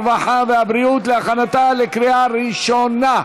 הרווחה והבריאות להכנתה לקריאה ראשונה.